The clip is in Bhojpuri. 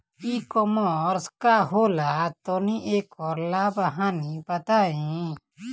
ई कॉमर्स का होला तनि एकर लाभ हानि बताई?